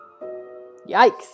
Yikes